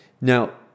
Now